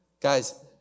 Guys